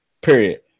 Period